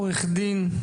עורך דין,